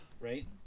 Right